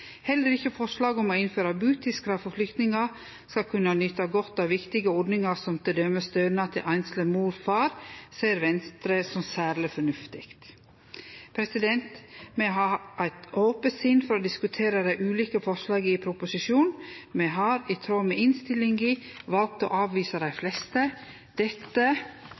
Heller ikkje forslaget om å innføre butidskrav for at flyktningar skal kunne nyte godt av viktige ordningar som t.d. stønad til einsleg mor eller far, ser Venstre som særleg fornuftig. Me har eit ope sinn for å diskutere dei ulike forslaga i proposisjonen, men me har i tråd med innstillinga valt å avvise dei fleste. Dette